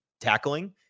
tackling